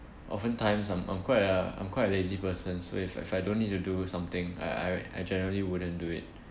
oftentimes I'm I'm quite a I'm quite a lazy person so if if I don't need to do something I I I generally wouldn't do it